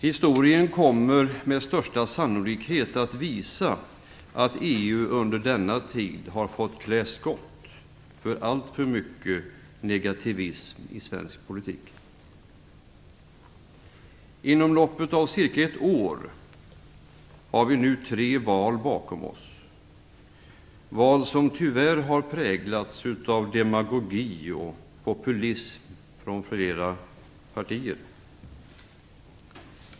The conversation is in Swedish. Historien kommer med största sannolikhet att visa att EU under denna tid har fått klä skott för alltför mycket negativism i svensk politik. Inom loppet av cirka ett år har vi nu tre val bakom oss - val som tyvärr präglats av demagogi och populism från flera partier.